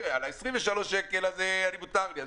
על ה-23 שקל מותר לי.